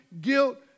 guilt